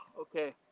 okay